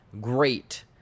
great